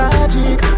Magic